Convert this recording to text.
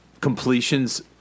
completions